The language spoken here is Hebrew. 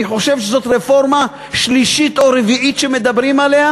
אני חושב שזאת הרפורמה השלישית או הרביעית שמדברים עליה,